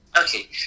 okay